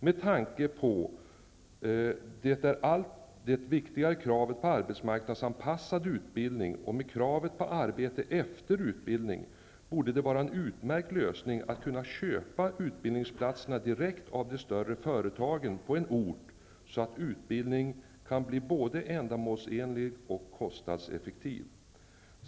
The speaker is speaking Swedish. Med tanke på det allt viktigare kravet på arbetsmarknadsanpassad utbildning, och med kravet på arbete efter utbildning, borde det vara en utmärkt lösning att kunna köpa utbildningsplatserna direkt av de större företagen på en ort, så att utbildningen kan bli både ändamålsenlig och kostnadseffektiv.